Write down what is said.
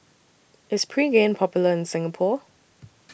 IS Pregain Popular in Singapore